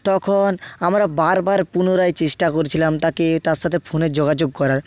তখন আমরা বারবার পুনরায় চেষ্টা করছিলাম তাকে তার সাথে ফোনে যোগাযোগ করার